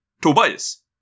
Tobias